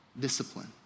discipline